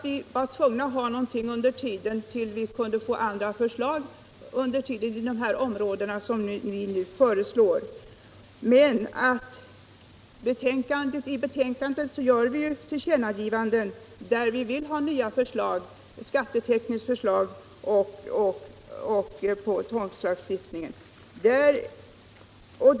Vi var tvungna att ha någonting här under 10 december 1975 tiden tills vi kunde få andra förslag. Vi gör i alla fall tillkännagivanden om att vi vill ha nya förslag rörande skatteteknik och tomträttslagstift — Förvärv av ning.